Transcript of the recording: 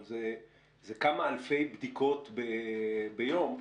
אבל זה כמה אלפי בדיקות ביום.